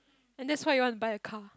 and that's why you want to buy a car